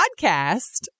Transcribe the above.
podcast